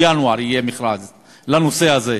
בינואר יהיה מכרז לנושא הזה.